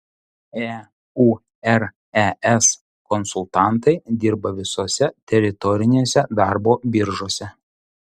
eures konsultantai dirba visose teritorinėse darbo biržose